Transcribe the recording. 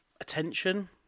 attention